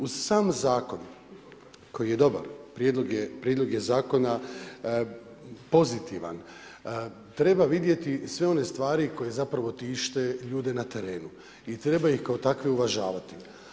U sam zakon, koji je dobar, prijedlog je zakona pozitivan, treba vidjeti sve one stvari koji zapravo tište ljude na terenu i treba ih kao takve uvažavati.